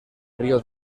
río